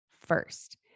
first